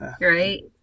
Right